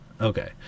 okay